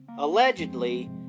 Allegedly